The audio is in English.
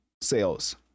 sales